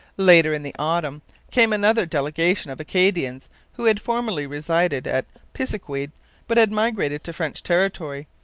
later in the autumn came another delegation of acadians who had formerly resided at pisiquid but had migrated to french territory,